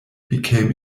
became